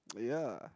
yeah